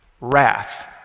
wrath